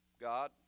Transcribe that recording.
God